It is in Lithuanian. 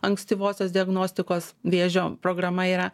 ankstyvosios diagnostikos vėžio programa yra